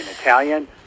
Italian